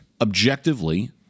objectively